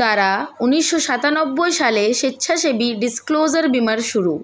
দ্বারা উন্নিশো সাতানব্বই সালে স্বেচ্ছাসেবী ডিসক্লোজার বীমার শুরু